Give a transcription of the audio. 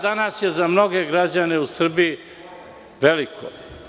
Danas je za mnoge građane u Srbiji sto evra veliko.